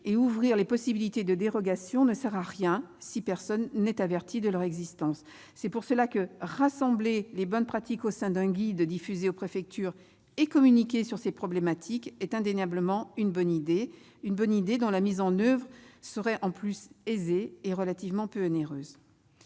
et ouvrir des possibilités de dérogation ne sert à rien si personne n'est averti de l'existence de celles-ci. C'est pour cela que rassembler les bonnes pratiques au sein d'un guide diffusé aux préfectures et communiquer sur ces problématiques est indéniablement une bonne idée. En plus, la mise en oeuvre en serait aisée et relativement peu onéreuse.